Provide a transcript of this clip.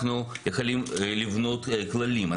אנחנו יכולים לבנות כללים,